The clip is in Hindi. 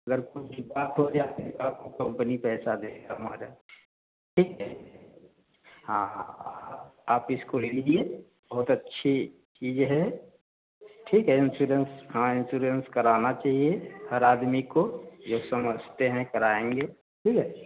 अगर कुछ बात हो जाती है तो आपको कंपनी पैसा देगी हमारी ठीक है हाँ हाँ हाँ हाँ आप इसको ले लीजिए बहुत अच्छी चीज़ें हैं ठीक है इंश्योरेंस हाँ इन्सुरेंस कराना चाहिए हर आदमी को ये समझते हैं कराएँगे ठीक है